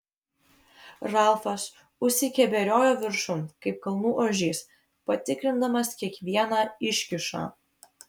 ralfas užsikeberiojo viršun kaip kalnų ožys patikrindamas kiekvieną iškyšą